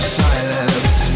silence